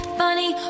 funny